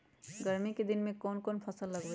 गर्मी के दिन में कौन कौन फसल लगबई?